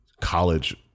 college